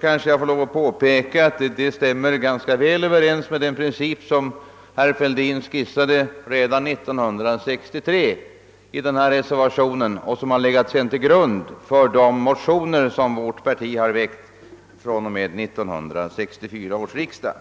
kanske jag får påpeka att den stämmer ganska väl överens med den princip som herr Fälldin skisserade i sin reservation redan år 1963 och som sedan har legat till grund för de motioner som vårt parti har väckt fr.o.m. 1964 års riksdag.